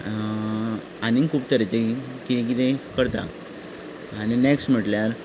आनी खूब तरेचीं कितें कितें करता आनी नेक्स्ट म्हणल्यार